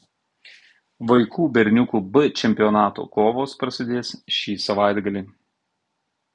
vaikų berniukų b čempionato kovos prasidės šį savaitgalį